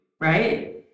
right